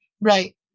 right